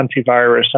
antivirus